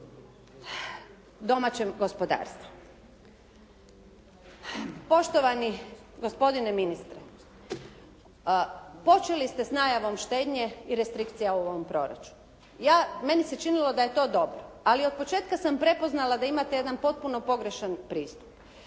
domaćem gospodarstvu. Poštovani gospodine ministre, počeli ste s najavom štednje i restrikcija u ovom proračunu. Meni se činilo da je to dobro, ali od početka sam prepoznala da imate jedan potpuno pogrešan pristup.